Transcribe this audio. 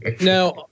Now